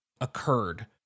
occurred